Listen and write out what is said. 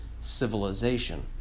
civilization